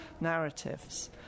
narratives